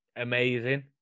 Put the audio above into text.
amazing